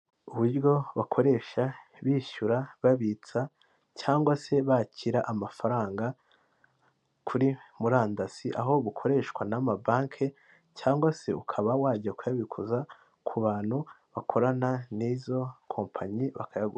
Uburyo bakoresha bishyura babitsa cyangwa se bakira amafaranga kuri murandasi, aho bukoreshwa n'amabanki cyangwa se ukaba wajya kuyabikoza ku bantu bakorana n'izo kompanyi bakayaguha.